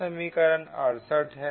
यह समीकरण 68 है